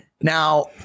Now –